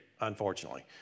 unfortunately